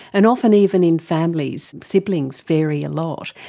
and often even in families, siblings vary a lot.